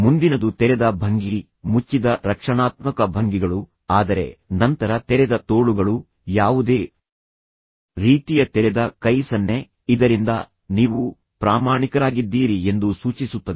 ಮುಂದಿನದು ತೆರೆದ ಭಂಗಿ ಮುಚ್ಚಿದ ರಕ್ಷಣಾತ್ಮಕ ಭಂಗಿಗಳು ಆದರೆ ನಂತರ ತೆರೆದ ತೋಳುಗಳು ಯಾವುದೇ ರೀತಿಯ ತೆರೆದ ಕೈ ಸನ್ನೆ ಇದರಿಂದ ನೀವು ಪ್ರಾಮಾಣಿಕರಾಗಿದ್ದೀರಿ ಎಂದು ಸೂಚಿಸುತ್ತದೆ